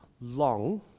long